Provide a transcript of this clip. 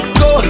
go